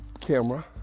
camera